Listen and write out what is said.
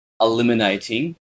Eliminating